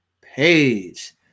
Page